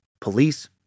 police